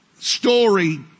Story